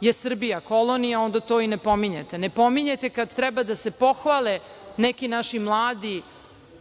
je Srbija kolonija, onda to i ne pominjete. Ne pominjete kada treba da se pohvale neki naši mladi